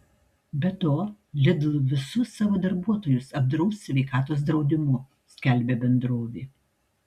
be to lidl visus savo darbuotojus apdraus sveikatos draudimu skelbia bendrovė